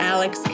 Alex